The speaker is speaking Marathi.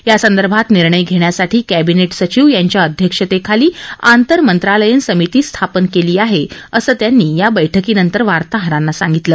यासंदर्भात निर्णय घेण्यासाठी कॅबिनेट सचीव यांच्या अध्यक्षतेखाली आंतर मंत्रालयीन समिती स्थापन केली आहे असं त्यांनी या बैठकीनंतर वार्ताहरांना सांगितलं